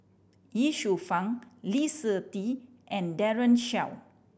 Ye Shufang Lee Seng Tee and Daren Shiau